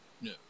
No